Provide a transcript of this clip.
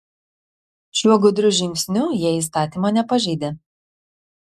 šiuo gudriu žingsniu jie įstatymo nepažeidė